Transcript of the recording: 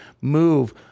move